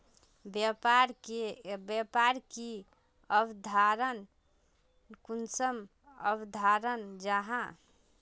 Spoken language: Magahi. व्यापार की अवधारण कुंसम अवधारण जाहा?